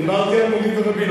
דיברתי על מורי ורבי.